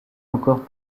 encore